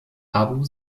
abu